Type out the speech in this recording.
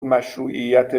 مشروعیت